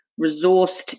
resourced